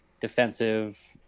defensive